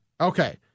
Okay